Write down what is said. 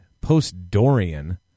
Post-Dorian